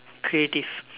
creative